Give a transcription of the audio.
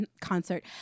concert